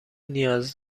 نیاز